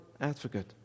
advocate